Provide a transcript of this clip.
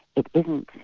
it isn't